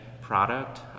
product